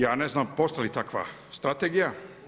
Ja ne znam postoji li takva strategija?